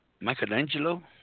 Michelangelo